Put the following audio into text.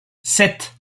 sept